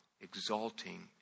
exalting